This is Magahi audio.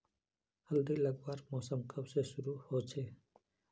हल्दी लगवार मौसम कब से शुरू होचए?